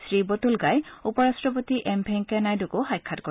শ্ৰীবটুল্ণাই উপৰট্টপতি এম ভেংকেয়া নাইডুকো সাক্ষাৎ কৰিব